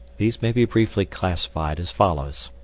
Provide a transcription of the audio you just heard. these may be briefly classified as follows